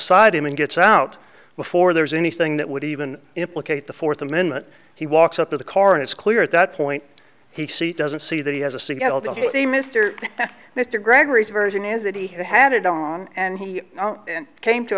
side him and gets out before there is anything that would even implicate the fourth amendment he walks up to the car and it's clear at that point he see doesn't see that he has a signal to say mr mr gregory's version is that he had had it on and he came to